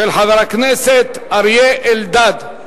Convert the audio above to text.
של חבר הכנסת אריה אלדד.